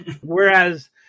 Whereas